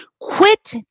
Quit